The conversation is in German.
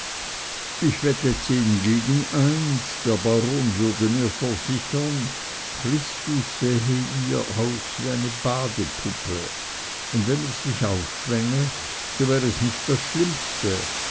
ich wette zehn gegen eins der baron würde mir versichern christus sähe hier aus wie eine badepuppe und wenn er sich dazu aufschwänge so wär es nicht das schlimmste